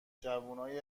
جوونای